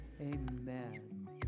amen